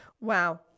Wow